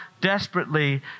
desperately